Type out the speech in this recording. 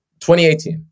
2018